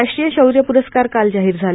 राष्ट्रीय शौर्य प्रस्कार काल जाहीर झाले